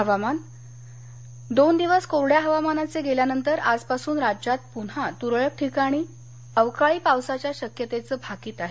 हवामान दोन दिवस कोरड्या हवामानाचे गेल्यानंतर आजपासून राज्यात पुन्हा तुरळक ठिकाणी अवकाळी पावसाच्या शक्यतेचं भाकीत आहे